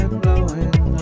blowing